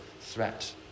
threat